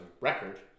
record